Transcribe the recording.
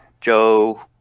Joe